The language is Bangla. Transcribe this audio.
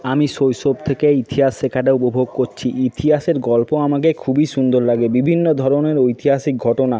আমি শৈশব থেকে ইতিহাস শেখাটা উপভোগ কোচ্ছি ইতিহাসের গল্প আমাকে খুবই সুন্দর লাগে বিভিন্ন ধরনের ঐতিহাসিক ঘটনা